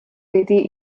wedi